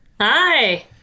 Hi